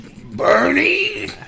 Bernie